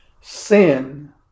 Sin